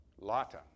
Lata